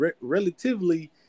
relatively